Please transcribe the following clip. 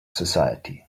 society